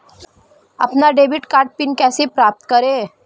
अपना debit card pin कैसे प्राप्त करें?